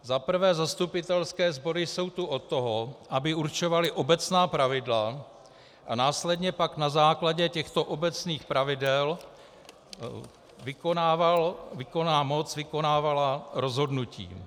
Za prvé, zastupitelské sbory jsou tu od toho, aby určovaly obecná pravidla a následně pak na základě těchto obecných pravidel výkonná moc vykonávala rozhodnutí.